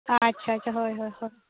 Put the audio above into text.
ᱟᱪᱪᱷᱟ ᱟᱪᱪᱷᱟ ᱦᱳᱭ ᱦᱳᱭ ᱦᱳᱭ